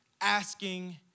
asking